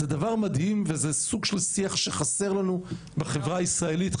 זה דבר מדהים וזה סוג של שיח שחסר לנו בחברה הישראלית,